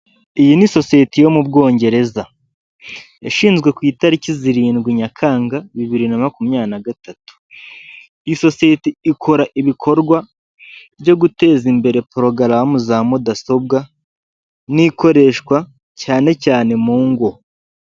Iyi ni sosiyete yo mu bwongereza yashinzwe ku itariki zirindwi Nyakanga bibiri na makumyabiri na gatatu. Isosiyete ikora ibikorwa byo guteza imbere porogaramu za mudasobw,a n'ikoreshwa cyane cyane mu ngo.